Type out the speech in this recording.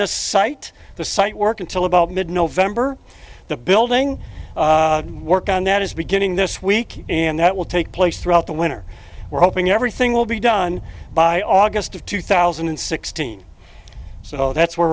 the site the site work until about mid november the building work on that is beginning this week and that will take place throughout the winter we're hoping everything will be done by august of two thousand and sixteen so that's where